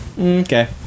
Okay